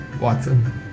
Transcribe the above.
Watson